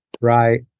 Right